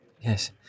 Yes